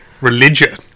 religion